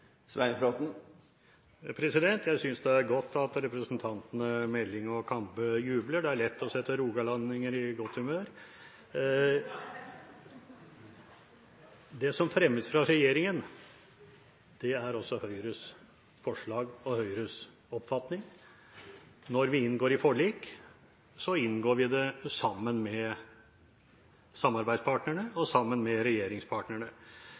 vilje? Jeg synes det er godt at representantene Meling og Kambe jubler – det er lett å sette rogalendinger i godt humør. Det som fremmes av regjeringen, er også Høyres forslag og Høyres oppfatning. Når vi inngår forlik, inngår vi det med samarbeidspartnerne og med regjeringspartnerne.